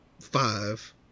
five